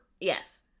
Yes